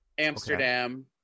Amsterdam